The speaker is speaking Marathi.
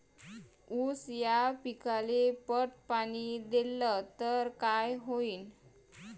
ऊस या पिकाले पट पाणी देल्ल तर काय होईन?